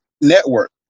network